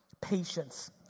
Patience